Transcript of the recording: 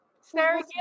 sarah